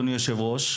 אדוני היושב-ראש,